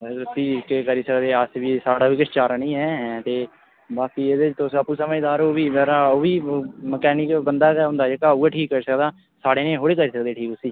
पर भी केह् करी सकदे अस बी साड़ा बी किश चारा निं ऐ ते बाकी एह्दे च तुस आपूं समझदार ओ भी पर ओह् बी मकैनिक बंदा गै होंदा जेह्का उ'ऐ ठीक करी सकदा साढ़े नेह् थोह्ड़े करी सकदे ठीक उस्सी